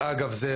ואגב זה,